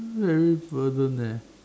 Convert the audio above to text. very burden eh